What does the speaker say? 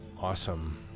Awesome